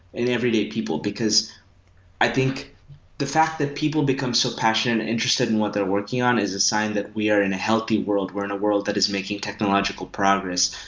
in everyday people, because i think the fact that people become so passionate and interested in what they're working on is a sign that we are in a healthy world. we're in a world that is making technological progress,